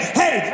hey